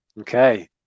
Okay